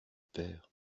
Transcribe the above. pères